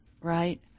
right